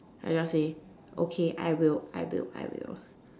I just say okay I will I will I will